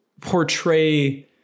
portray